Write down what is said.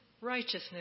Righteousness